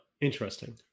interesting